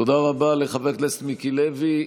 תודה רבה לחבר הכנסת מיקי לוי.